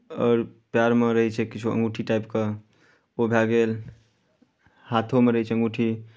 आओर पएरमे रहैत छै किछो अङ्गूठी टाइपके ओ भए गेल हाथोमे रहै छै अङ्गूठी